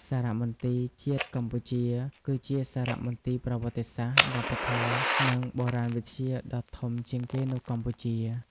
សារមន្ទីរជាតិកម្ពុជាគឺជាសារមន្ទីរប្រវត្តិសាស្ត្រ វប្បធម៌ និងបុរាណវិទ្យាដ៏ធំជាងគេនៅកម្ពុជា។